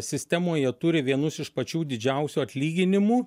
sistemoje turi vienus iš pačių didžiausių atlyginimų